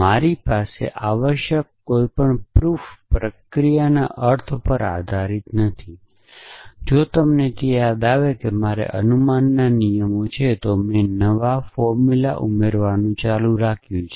મારી પાસે આવશ્યક કોઈપણ પ્રૂફ પ્રક્રિયાના અર્થ પર આધારીત તે નથી જો તમને તે યાદ આવે કે મારે અનુમાનના નિયમો છે તો મેં નવા ફોર્મુલા ઉમેરવાનું ચાલુ રાખ્યું છે